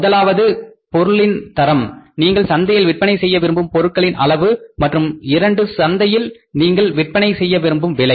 முதலாவது பொருளின் தரம் நீங்கள் சந்தையில் விற்பனை செய்ய விரும்பும் பொருட்களின் அளவு மற்றும் 2 சந்தையில் நீங்கள் விற்பனை செய்ய விரும்பும் விலை